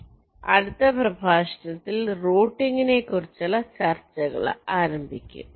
അതിനാൽ അടുത്ത പ്രഭാഷണത്തിൽ റൂട്ടിംഗിനെക്കുറിച്ചുള്ള ചർച്ചകൾ ആരംഭിക്കും